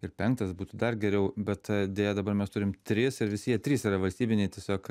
ir penktas būtų dar geriau bet deja dabar mes turim tris ir visi jie trys yra valstybiniai tiesiog